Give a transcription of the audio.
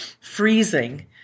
freezing